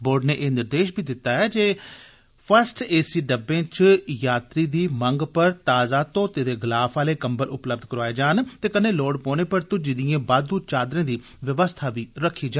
board नै एह् निर्देश बी दिता ऐ जे फस्ट ए सी डब्बे च यात्री दी मंग पर ताज़ा धोते दे गलाफ आले कम्बल उपलब्ध कराए जान ते कन्नै लोड़ पौने पर धुज्जी दिए बादू चादरें दी व्यवस्था बी रक्खी जा